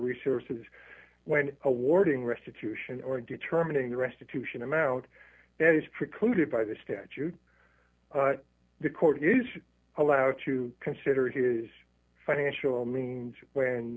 resources when awarding restitution or determining the restitution amount that is precluded by the statute the court is allowed to consider his financial means when